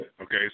Okay